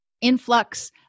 influx